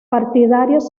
partidarios